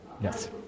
Yes